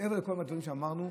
מעבר לכל הדברים שאמרנו,